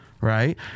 right